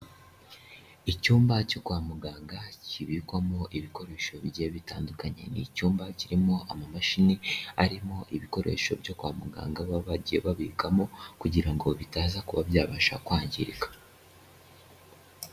Icyumba cyo kwa muganga kibikwamo ibikoresho bigiye bitandukanye, ni icyumba kirimo amamashini arimo ibikoresho byo kwa muganga baba bagiye babikamo kugira ngo bitaza kuba byabasha kwangirika.